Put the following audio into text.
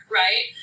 right